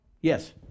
Yes